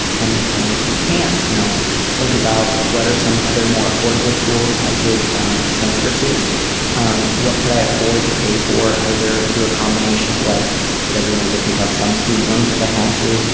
and and if you can't you know think about what are some other more affordable schools i could um transfer to um what could i afford to pay for either through a combination of like would i be willing to take out some student loans if i had to.